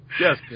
Yes